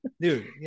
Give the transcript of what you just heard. Dude